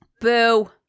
Boo